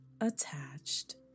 attached